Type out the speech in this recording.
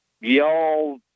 y'all